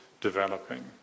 developing